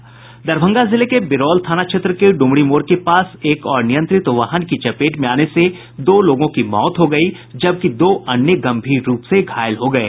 दरभंगा जिले के बिरौल थाना क्षेत्र के ड्मरी मोड़ के पास एक अनियंत्रित वाहन की चपेट में आने से दो लोगों की मौत हो गयी जबकि दो अन्य गंभीर रूप से घायल हो गये